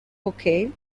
bouquet